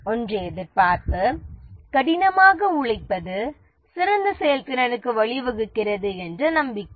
ஒன்று எதிர்பார்ப்பு கடினமாக உழைப்பது சிறந்த செயல்திறனுக்கு வழிவகுக்கிறது என்ற நம்பிக்கை